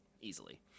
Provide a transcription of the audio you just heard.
easily